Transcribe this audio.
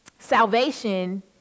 Salvation